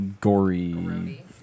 gory